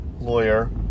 lawyer